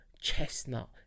chestnut